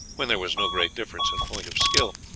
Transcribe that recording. when there was no great difference in point of skill,